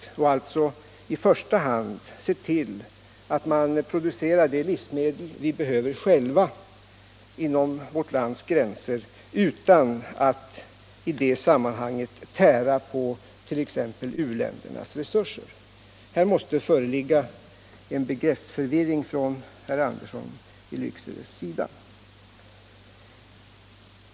Vi måste alltså i första hand producera de livsmedel vi behöver inom vårt lands gränser i stället för att tära på t.ex. u-ländernas resurser. Här måste föreligga en begreppsförvirring hos herr Andersson i Lycksele.